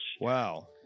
wow